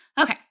Okay